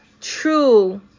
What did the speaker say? true